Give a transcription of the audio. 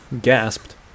gasped